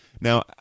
Now